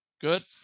Good